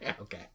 Okay